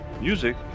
Music